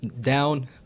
down